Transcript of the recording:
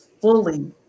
fully